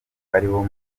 ariwo